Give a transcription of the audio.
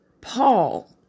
Paul